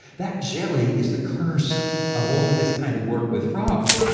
that jelly is the curse of all of this kind of work with frogs.